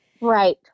Right